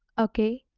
ok,